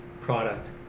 product